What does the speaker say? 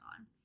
on